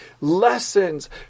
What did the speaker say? lessons